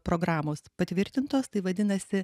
programos patvirtintos tai vadinasi